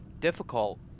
difficult